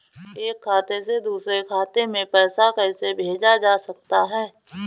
एक खाते से दूसरे खाते में पैसा कैसे भेजा जा सकता है?